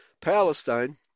Palestine